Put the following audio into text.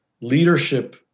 leadership